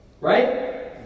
Right